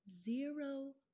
zero